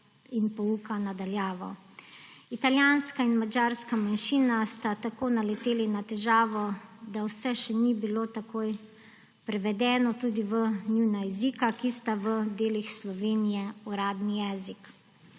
in pouka na daljavo. Italijanska in madžarska manjšina sta tako naleteli na težavo, da vse še ni bilo takoj prevedeno tudi v njuna jezika, ki sta v delih Slovenije uradni jezik.